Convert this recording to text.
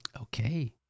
Okay